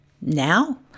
now